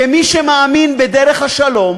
כמי שמאמין בדרך השלום,